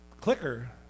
clicker